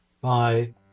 Bye